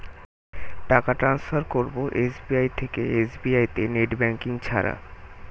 টাকা টান্সফার করব এস.বি.আই থেকে এস.বি.আই তে নেট ব্যাঙ্কিং ছাড়া?